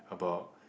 about